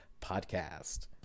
podcast